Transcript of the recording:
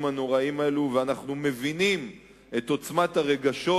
הנוראיים האלו ואנחנו מבינים את עוצמת הרגשות